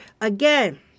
Again